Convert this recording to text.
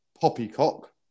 poppycock